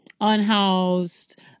unhoused